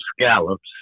scallops